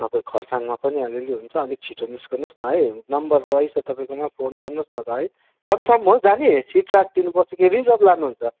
तपाईँ खरसाङमा पनि अलिअलि हुन्छ अलिक छिटो निस्किनोस् न है नम्बर रहेछ तपाईँकोमा फोन गर्नुहोस् न त है कन्फर्म हो जाने सिट राखिदिनु पर्छ कि रिजर्भ लानुहुन्छ